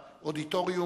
שבאמת חוצה מחנות,